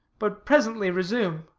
but presently resume